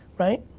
right?